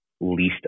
least